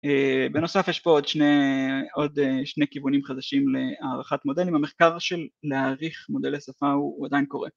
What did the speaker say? בנוסף יש פה עוד שני, עוד שני כיוונים חדשים להערכת מודלים, המחקר של להעריך מודלי שפה הוא עדיין קורה